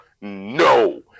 no